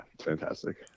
fantastic